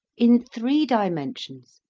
in three dimensions,